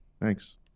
Thanks